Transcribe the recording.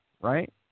right